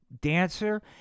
dancer